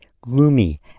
gloomy